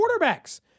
quarterbacks